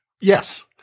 Yes